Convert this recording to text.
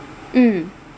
mm